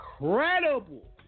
incredible